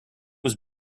was